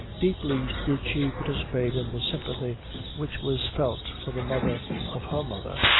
deeply did she participate in the sympathy which was felt for the mother of her mother,